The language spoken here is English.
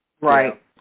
Right